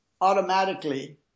automatically